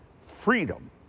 freedom